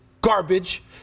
garbage